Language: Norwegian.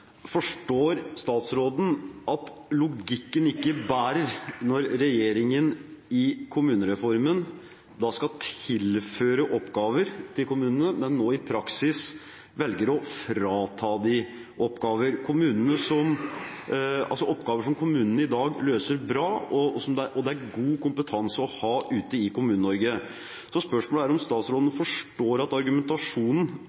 Forstår statsråden at logikken ikke bærer når regjeringen i kommunereformen skal tilføre kommunene oppgaver, men i praksis velger å frata dem oppgaver? Det er oppgaver som kommunene i dag løser bra, og det er god kompetanse å ha ute i Kommune-Norge. Spørsmålet er om statsråden forstår at argumentasjonen